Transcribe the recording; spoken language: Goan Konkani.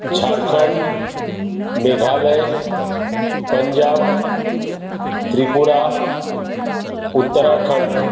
झारखंड मेघालय पंजाब त्रिपुरा उत्तराखंड